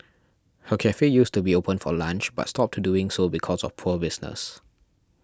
her cafe used to be open for lunch but stopped to doing so because of poor business